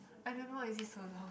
I don't know why is he so long